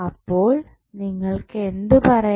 അപ്പോൾ നിങ്ങൾക്ക് എന്തു പറയാം